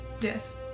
Yes